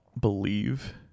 believe